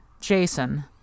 Jason